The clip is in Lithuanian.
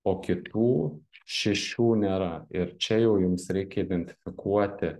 o kitų šešių nėra ir čia jau jums reikia identifikuoti